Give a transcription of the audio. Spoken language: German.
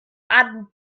baden